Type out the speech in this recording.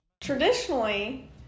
Traditionally